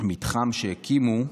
המתחם שהקימו,